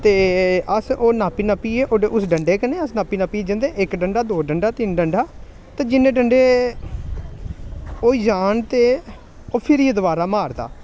ते अस ओह् नाप्पी नाप्पियै उस डंडे कन्नै अस नाप्पी नाप्पिये जंदे इक डंडा दो डंडा तिन्न डंडा ते जिन्ने डंडे होई जान ते ओह् फिरियै दबारा मारदा